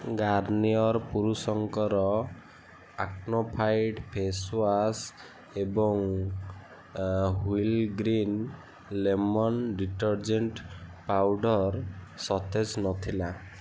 Garnier ପୁରୁଷଙ୍କର acno fight face wash ଏବଂ Wheel green lemon detergent powder ସତେଜ ନଥିଲା